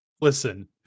Listen